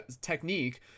technique